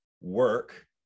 work